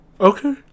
Okay